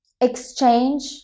exchange